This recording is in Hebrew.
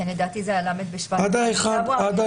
לדעתי זה עד ל' בשבט, ה-1 בפברואר.